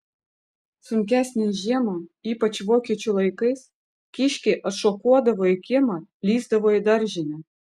sunkesnę žiemą ypač vokiečių laikais kiškiai atšokuodavo į kiemą lįsdavo į daržinę